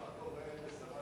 מה קורה לשר החוץ,